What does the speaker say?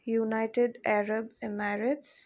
United Arab Emirates